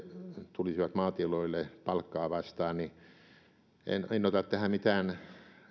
tulisivat maatiloille palkkaa vastaan niin en sinänsä ota tähän mitään